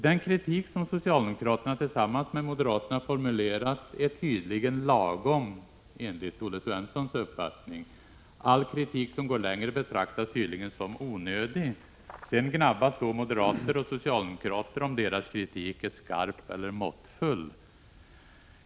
Den kritik som socialdemokraterna tillsammans med moderaterna har formulerat är tydligen lagom, enligt Olle Svenssons uppfattning. All kritik som går längre betraktas som onödig. Sedan gnabbas moderater och socialdemokrater om deras kritik är skarp eller måttfull.